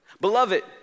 Beloved